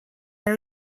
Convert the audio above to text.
that